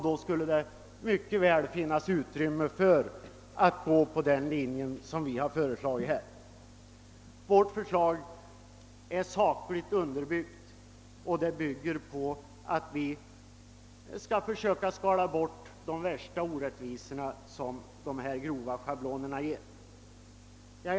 Det skulle därför mycket väl finnas utrymme för att gå på den linje som vi föreslagit här. Vårt förslag är sakligt underbyggt. Och det innebär, att vi försöker skala bort de värsta orättvisorna, som dessa grova schabloner leder till.